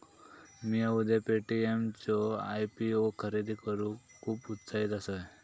मिया उद्या पे.टी.एम चो आय.पी.ओ खरेदी करूक खुप उत्साहित असय